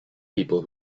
people